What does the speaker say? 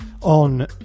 on